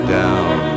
down